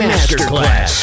Masterclass